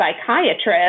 psychiatrist